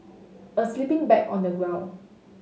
a sleeping bag on the ground